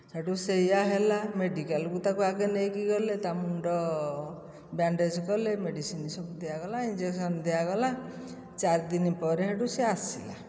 ସେଇଠୁ ସେଇଆ ହେଲା ମେଡ଼ିକାଲକୁ ତାକୁ ଆଗେ ନେଇକି ଗଲେ ତା ମୁଣ୍ଡ ବ୍ୟାଣ୍ଡେଜ୍ କଲେ ମେଡ଼ିସିନ୍ ସବୁ ଦିଆଗଲା ଇଞ୍ଜେକ୍ସନ୍ ଦିଆଗଲା ଚାରିଦିନ ପରେ ସେଇଠୁ ସିଏ ଆସିଲା